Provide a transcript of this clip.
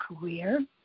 career